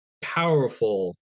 powerful